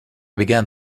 began